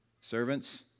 servants